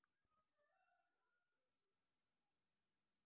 सेंद्रिय शेती ही माती व्यवस्थापनात येते